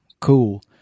cool